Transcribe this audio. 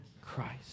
Christ